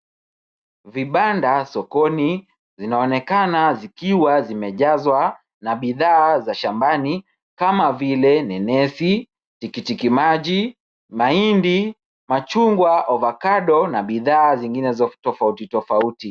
Vibanda sokoni zinaonekana zikiwa zimejazwa na bidhaa za shambani kama v ile nanansi, tikitiki maji, mahindi, machungwa, avocado na bidhaa zingine tofauti tofauti.